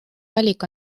valik